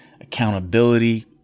accountability